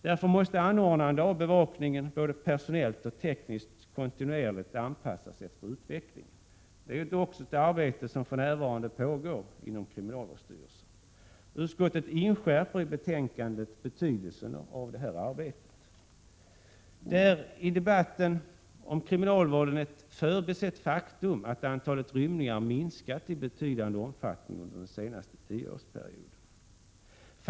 Därför måste anordnandet av bevakningen både personellt och tekniskt kontinuerligt anpassas efter utvecklingen. Det är också ett arbete som för närvarande pågår inom kriminalvårdsstyrelsen. Utskottet inskärper i betänkandet betydelsen av detta arbete. Det är i debatten om kriminalvården ett förbisett faktum att antalet rymningar har minskat i betydande omfattning under den senaste tioårsperioden.